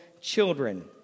children